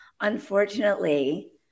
unfortunately